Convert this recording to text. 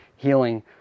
healing